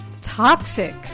Toxic